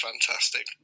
fantastic